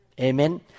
Amen